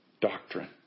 doctrine